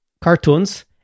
cartoons